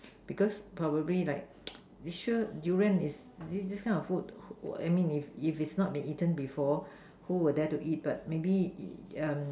because probably like sure Durian is this this kind of food I mean if if it's not been eaten before who will dare to eat but maybe